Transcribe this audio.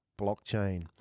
blockchain